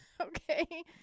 Okay